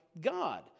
God